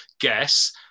guess